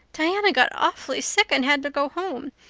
diana got awfully sick and had to go home.